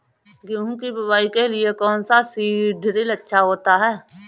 गेहूँ की बुवाई के लिए कौन सा सीद्रिल अच्छा होता है?